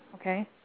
Okay